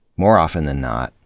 more often than not,